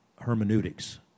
hermeneutics